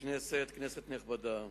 כנסת נכבדה,